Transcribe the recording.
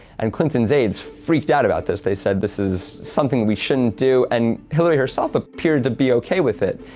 and clinton's aides freaked out about this. they said this is something we shouldn't do and hillary herself appeared to be okay with it.